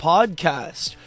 Podcast